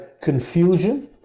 confusion